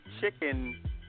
chicken